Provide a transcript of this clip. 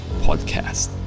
Podcast